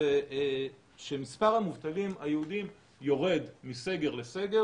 שמספר המובטלים היהודים יורד מסגר לסגר